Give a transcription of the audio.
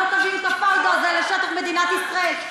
אתם לא תביאו את הפאודה הזה לשטח מדינת ישראל.